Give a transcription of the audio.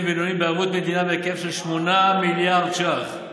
ובינוניים בערבות מדינה בהיקף של 8 מיליארד ש"ח.